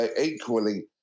equally